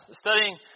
studying